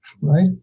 right